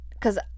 cause